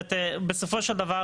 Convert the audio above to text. בסופו של דבר